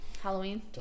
Halloween